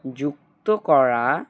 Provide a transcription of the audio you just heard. যুক্ত করা